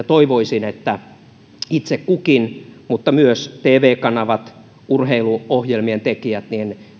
toivoisin että itse kukin myös tv kanavat urheiluohjelmien tekijät